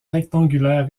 rectangulaire